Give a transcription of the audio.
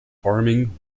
farming